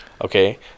Okay